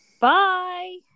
Bye